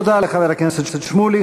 תודה רבה לחבר הכנסת שמולי.